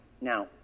now